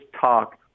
talk